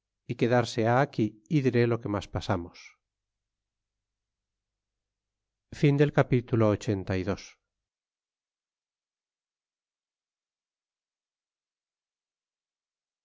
e quedarse ha aquí y diré lo que mas pasamos